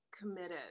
committed